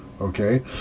Okay